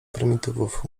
prymitywów